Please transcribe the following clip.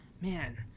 man